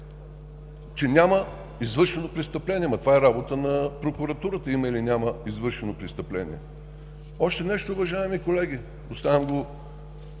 че няма извършено престъпление, но това е работа на прокуратурата – има или няма извършено престъпление. Още нещо уважаеми колеги, оставям го